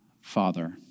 father